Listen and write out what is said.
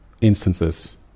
instances